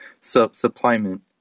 supplement